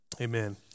Amen